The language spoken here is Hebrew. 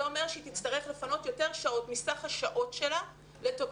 זה אומר שהיא תצטרך לפנות יותר שעות מסך השעות שלה לטובת